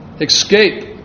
escape